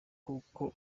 kuko